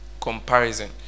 comparison